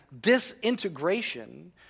disintegration